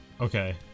Okay